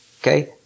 okay